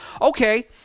okay